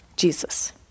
Jesus